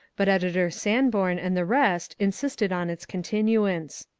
but editor sanborn and the rest insisted on its continuance.